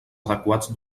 adequats